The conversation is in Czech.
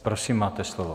Prosím, máte slovo.